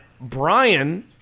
Brian